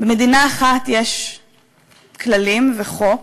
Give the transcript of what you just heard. במדינה אחת יש כללים וחוק,